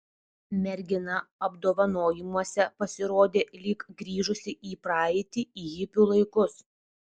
mergina apdovanojimuose pasirodė lyg grįžusi į praeitį į hipių laikus